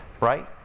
right